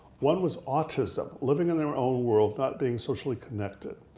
one was autism, living in their own world, not being socially connected.